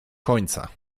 końca